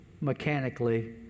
mechanically